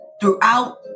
Throughout